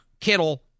Kittle